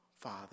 Father